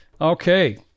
Okay